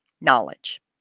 Knowledge